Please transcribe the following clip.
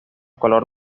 color